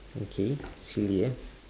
okay silly yeah